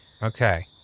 Okay